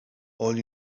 all